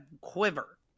quiver